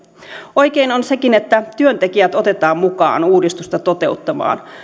oikein on sekin että työntekijät otetaan mukaan uudistusta toteuttamaan